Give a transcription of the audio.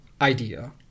idea